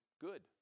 Good